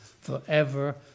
forever